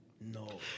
No